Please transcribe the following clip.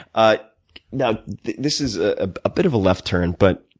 ah now this is a bit of a left turn, but